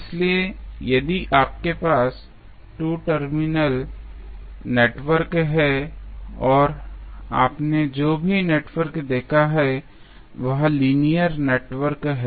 इसलिए यदि आपके पास 2 टर्मिनल नेटवर्क है और आपने जो भी नेटवर्क देखा है वह लीनियर नेटवर्क है